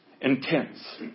intense